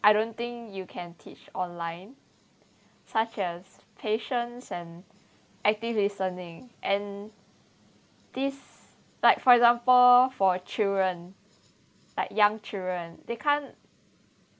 I don't think you can teach online such as patience and active listening and this like for example for children like young children they can't